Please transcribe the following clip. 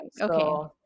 okay